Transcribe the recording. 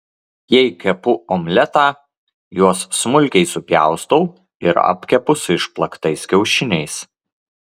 jei kepu omletą juos smulkiai supjaustau ir apkepu su išplaktais kiaušiniais